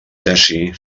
tesi